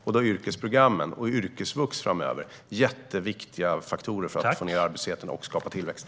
Där är yrkesprogrammen och yrkesvux viktiga faktorer framöver för att sänka arbetslösheten och skapa tillväxt.